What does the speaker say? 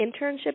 internship